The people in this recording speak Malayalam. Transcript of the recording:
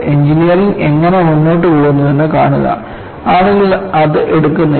എഞ്ചിനീയറിംഗ് എങ്ങനെ മുന്നോട്ട് പോകുന്നുവെന്ന് കാണുക ആളുകൾ അത് എടുക്കുന്നില്ല